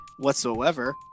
Whatsoever